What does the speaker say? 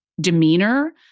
demeanor